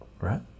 right